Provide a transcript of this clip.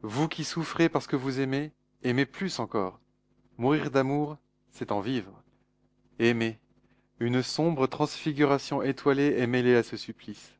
vous qui souffrez parce que vous aimez aimez plus encore mourir d'amour c'est en vivre aimez une sombre transfiguration étoilée est mêlée à ce supplice